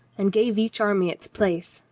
and gave each army its place.